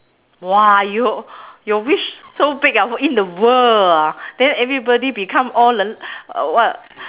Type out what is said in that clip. !wah! your your wish so big ah in the world ah then everybody become all 人 uh what